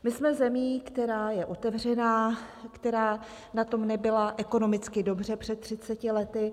My jsme zemí, která je otevřená, která na tom nebyla ekonomicky dobře před 30 lety.